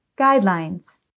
Guidelines